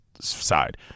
side